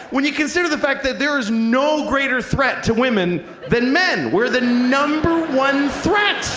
when you consider the fact that there's no greater threat to women than men! we're the number one threat